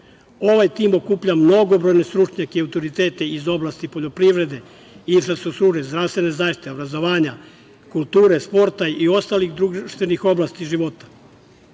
Ovaj tim okuplja mnogobrojne stručnjake i autoritete iz oblasti poljoprivrede, infrastrukture, zdravstvene zaštite, obrazovanja, kulture, sporta i ostalih društvenih oblasti života,